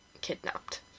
kidnapped